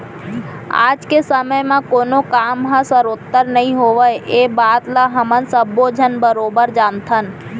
आज के समे म कोनों काम ह सरोत्तर नइ होवय ए बात ल हमन सब्बो झन बरोबर जानथन